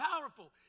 powerful